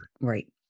Right